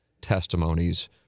testimonies